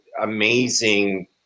amazing